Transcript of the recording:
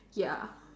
ya